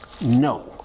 No